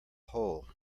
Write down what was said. whole